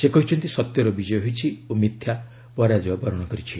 ସେ କହିଛନ୍ତି ସତ୍ୟର ବିଜୟ ହୋଇଛି ଓ ମିଥ୍ୟା ପରାଜୟ ବରଣ କରିଛି